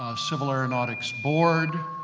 ah civil aeronautics board,